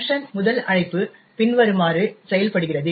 Func முதல் அழைப்பு பின்வருமாறு செயல்படுகிறது